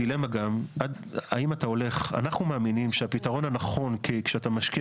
אנחנו מאמינים שהפתרון הנכון כשאתה משקיע